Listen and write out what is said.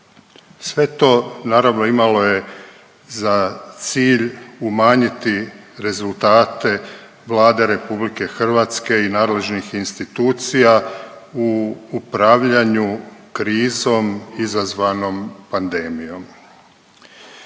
Sve to naravno imalo je za cilj umanjiti rezultate Vlade RH i nadležnih institucija u upravljanju krizom izazvanom pandemijom.